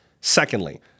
Secondly